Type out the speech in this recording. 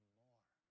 more